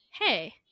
hey